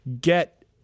get